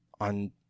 on